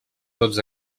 tots